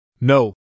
No